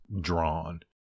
drawn